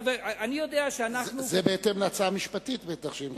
זה בהתאם להצעה המשפטית, בטח, שניתנה.